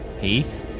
Heath